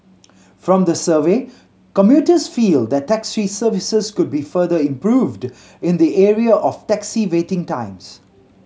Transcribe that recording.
from the survey commuters feel that taxi services could be further improved in the area of taxi waiting times